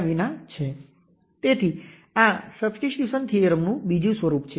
5 millisiemens x V test છે